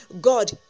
god